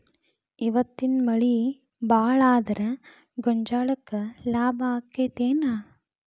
ಇವತ್ತಿನ ಮಳಿ ಭಾಳ ಆದರ ಗೊಂಜಾಳಕ್ಕ ಲಾಭ ಆಕ್ಕೆತಿ ಏನ್?